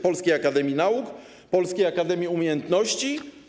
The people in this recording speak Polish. Polskiej Akademii Nauk? Polskiej Akademii Umiejętności?